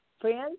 friends